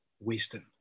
wisdom